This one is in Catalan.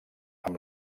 amb